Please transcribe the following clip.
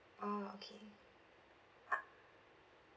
orh okay